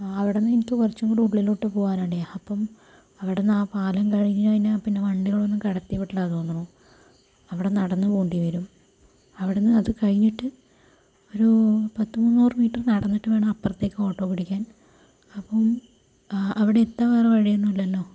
ആഹ് അവിടെന്ന് എനിക്ക് കുറച്ച് കൂടി ഉളളിലോട്ട് പോകാനുണ്ടേ അപ്പം അവിടന്നാ പാലം കഴിഞ്ഞ് കഴിഞ്ഞാൽ പിന്നെ വണ്ടികളൊന്നും കടത്തിവിടില്ലാന്ന് തോന്നുണു അവടെ നടന്ന് പോകേണ്ടി വരും അവിടന്ന് അത് കഴിഞ്ഞിട്ട് ഒരു പത്ത് മുന്നൂറ് മീറ്റർ നടന്നിട്ട് വേണം അപ്പുറത്തേക്ക് ഓട്ടോ പിടിക്കാൻ അപ്പം ആ അവിടെ എത്താൻ വേറെ വഴിയൊന്നുമില്ലല്ലോ